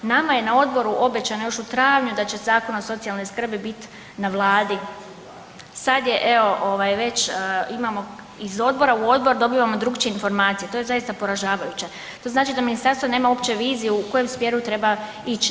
Nama je na odboru obećano još u travnju da će Zakon o socijalnoj skrbi bit na Vladi, sad je već evo imamo iz odbora u odbor dobivamo drukčije informacije to je zaista poražavajuće, to znači da ministarstvo nema uopće viziju u kojem smjeru treba ići.